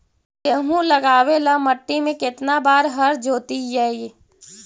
गेहूं लगावेल मट्टी में केतना बार हर जोतिइयै?